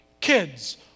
Kids